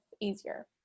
Easier